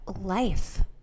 life